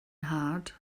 nhad